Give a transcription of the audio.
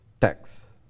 tax